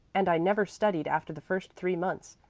and i never studied after the first three months.